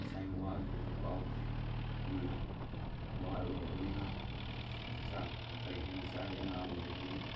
ꯉꯁꯥꯏ ꯋꯥꯒꯤꯕꯗꯨ ꯀꯥꯎꯒ꯭ꯔꯦ ꯑꯃꯅ ꯋꯥꯔꯨꯔꯕꯅꯤꯅ ꯆꯥꯛ ꯈꯔ ꯍꯦꯟꯅ ꯆꯥꯔꯦ ꯑꯉꯥꯡ ꯑꯣꯏꯔꯤꯕꯅꯤꯅ